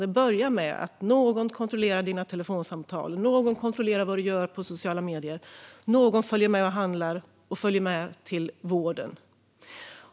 Det börjar med att någon kontrollerar dina telefonsamtal, att någon kontrollerar vad du gör på sociala medier eller att någon följer med dig och handlar eller till vården.